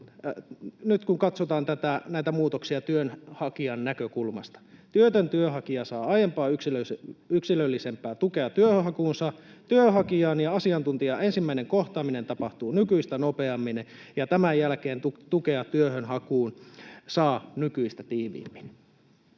nyt kun katsotaan näitä muutoksia työnhakijan näkökulmasta — työtön työnhakija saa aiempaa yksilöllisempää tukea työnhakuunsa, työnhakijan ja asiantuntijan ensimmäinen kohtaaminen tapahtuu nykyistä nopeammin, ja tämän jälkeen tukea työnhakuun saa nykyistä tiiviimmin.